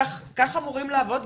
כך אמורים לעבוד.